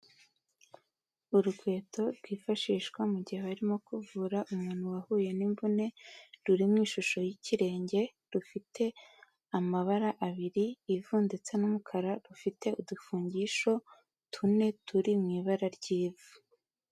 Urukweto rwifashishwa mu gihe barimo kuvura umuntu wahuye n'imvune ruri mu ishusho y'ikirenge, rufite amabara abiri ivu ndetse n'umukara, rufite udufugisho tune turi mu ibara ry'ivu.